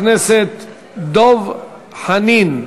ראשון הדוברים, חבר הכנסת דב חנין.